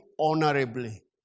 honorably